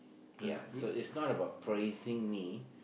ya so it's not about praising me